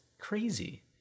crazy